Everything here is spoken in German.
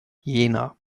jena